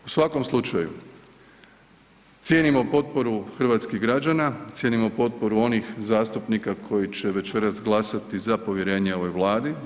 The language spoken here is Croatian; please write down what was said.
U svakom slučaju, cijenimo potporu hrvatskih građana, cijenimo potporu onih zastupnika koji će večeras glasati za povjerenje ovoj Vladi.